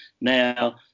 now